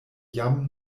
jam